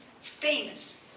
famous